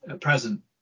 present